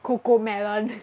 CoComelon